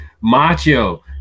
macho